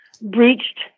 breached